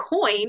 coin